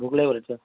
ভোক লাগিব তেতিয়া